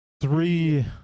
three